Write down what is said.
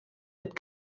mit